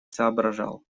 соображал